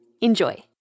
Enjoy